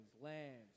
lands